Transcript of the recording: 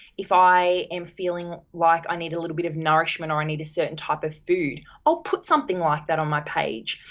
if i am feeling like i need a little bit of nourishment and i need a certain type of food. i'll put something like that on my page.